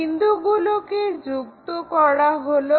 বিন্দুগুলোকে যুক্ত করা হলো